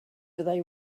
fyddai